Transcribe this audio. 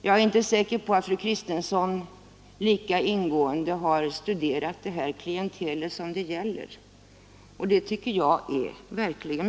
Jag är inte säker på att fru Kristensson lika ingående har studerat det klientel som det här gäller, och det tycker jag är beklagligt.